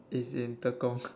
is in Tekong